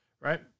Right